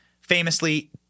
famously